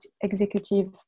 executive